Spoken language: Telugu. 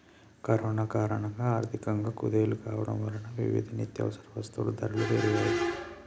కరోనా కారణంగా ఆర్థికంగా కుదేలు కావడం వలన వివిధ నిత్యవసర వస్తువుల ధరలు పెరిగాయ్